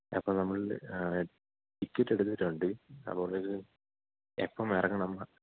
അപ്പം നമ്മള് ടിക്കറ്റ് എടുത്തിട്ടുണ്ട് അപ്പോള് എപ്പം ഇറങ്ങണം